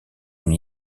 une